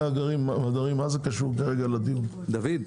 דוד.